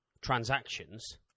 transactions